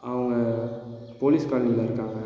அவங்க போலீஸ் காலனியில் இருக்காங்கள்